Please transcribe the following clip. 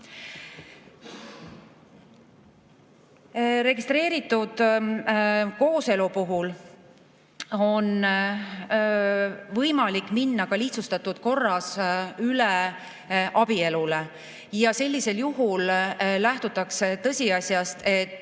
Registreeritud kooselu puhul on võimalik minna lihtsustatud korras üle abielule. Sellisel juhul lähtutakse tõsiasjast, et